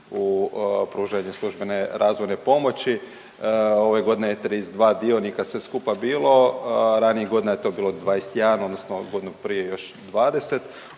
u pružanje službene razvojne pomoći. Ove godine je 32 dionika sve skupa bilo. Ranijih godina je to bilo 21, odnosno godinu prije još 20